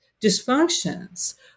dysfunctions